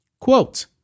Quote